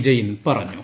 ജെയിൻ പറ ഞ്ഞു